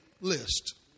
list